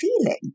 feeling